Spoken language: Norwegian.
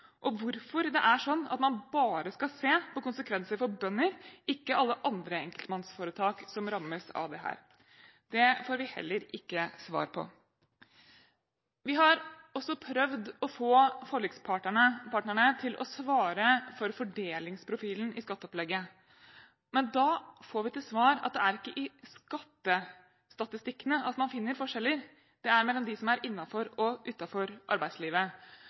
og hvorfor man bare skal se på konsekvenser for bønder – ikke alle andre enkeltmannsforetak som rammes av dette. Det får vi heller ikke svar på. Vi har også prøvd å få forlikspartnerne til å svare for fordelingsprofilen i skatteopplegget. Men da får vi til svar at det ikke er i skattestatistikkene at man finner forskjeller – det er mellom dem som er innenfor og dem som er utenfor arbeidslivet.